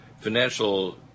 financial